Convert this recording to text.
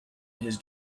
his